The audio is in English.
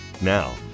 Now